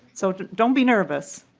so don't be nervous.